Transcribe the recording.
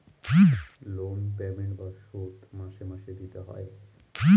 loan payment বা শোধ মাসে মাসে দিতে হয়